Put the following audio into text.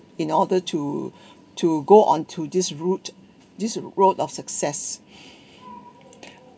in order to to go onto this route this road of success